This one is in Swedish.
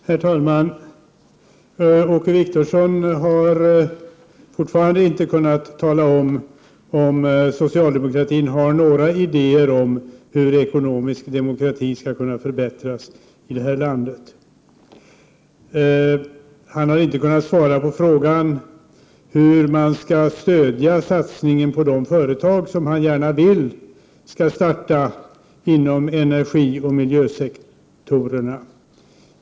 Herr talman! Åke Wictorsson har fortfarande inte kunnat tala om, om socialdemokratin har några idéer om hur ekonomisk demokrati skall kunna förbättras i det här landet. Han har inte kunnat svara på frågan, hur man skall stödja satsningen på de företag som han gärna vill skall starta inom energioch miljösektorerna.